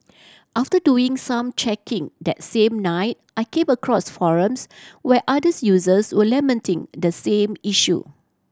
after doing some checking that same night I came across forums where others users were lamenting the same issue